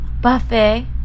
Buffet